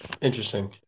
Interesting